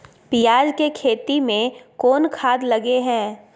पियाज के खेती में कोन खाद लगे हैं?